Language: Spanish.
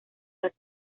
las